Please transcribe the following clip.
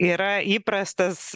yra įprastas